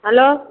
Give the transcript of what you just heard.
hello